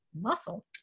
Muscle